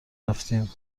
رفتیم